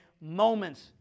Moments